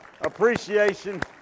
appreciation